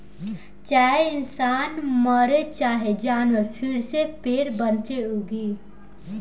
चाहे इंसान मरे चाहे जानवर फिर से पेड़ बनके उगी